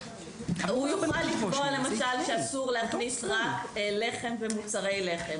הוא יוכל לקבוע למשל שאסור להכניס לחם ומוצרי לחם,